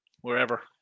wherever